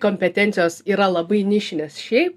kompetencijos yra labai nišinės šiaip